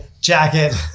jacket